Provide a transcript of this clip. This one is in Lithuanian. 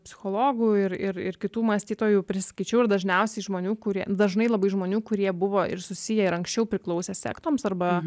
psichologų ir ir ir kitų mąstytojų prisiskaičiau ir dažniausiai žmonių kurie dažnai labai žmonių kurie buvo ir susiję ir anksčiau priklausę sektoms arba